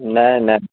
نہیں نہیں